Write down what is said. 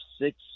six